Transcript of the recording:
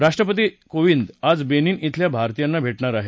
राष्ट्रपती कोविद आज बेनिन खिल्या भारतीयांना भेटणार आहेत